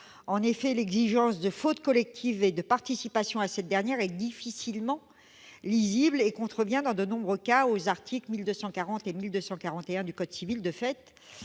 En effet, l'exigence de « faute collective » et de participation à cette dernière est difficilement lisible et contrevient dans de nombreux cas aux articles 1240 et 1241 du code civil.